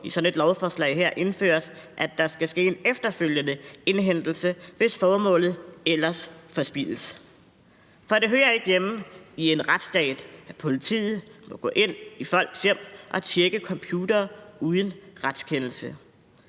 i sådan et lovforslag her indføres, at der skal ske en efterfølgende indhentelse, hvis formålet ellers ville forspildes. For det hører ikke hjemme i en retsstat, at politiet må gå ind i folks hjem og tjekke computere uden retskendelse.